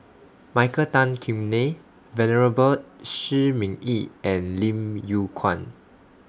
Michael Tan Kim Nei Venerable Shi Ming Yi and Lim Yew Kuan